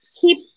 keep